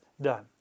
done